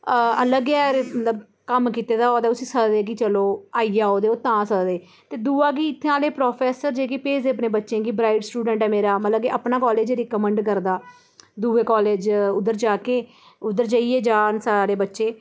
आ अलग ऐ मतलब कम्म कीते दा होऐ ते उसी सद्दे की चलो आई जाओ ते दूआ की इ'त्थें आह्ले प्रोफेसर जेह्के भेजदे अपने बच्चें गी ब्राइट स्टूडेंट ऐ मेरा मतलब की अपना कॉलेज़ उप्पर रिकमेंड करदा दूऐ कॉलेज उद्धर जाके उदर जाइयै जां सारे बच्चे